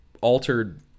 altered